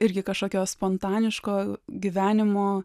irgi kažkokios spontaniško gyvenimo